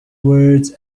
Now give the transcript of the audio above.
words